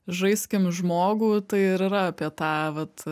žaiskim žmogų tai ir yra apie tą vat